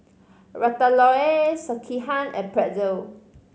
Ratatouille Sekihan and Pretzel